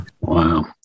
wow